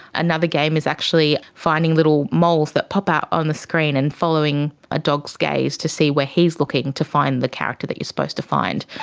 another game is actually finding little moles that pop out on the screen and following a dog's gaze to see where he is looking to find the character that you are supposed to find.